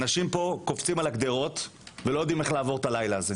ואנשים פה קופצים על הגדרות ולא יודעים איך לעבור את הלילה הזה.